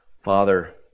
Father